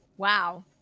Wow